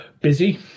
Busy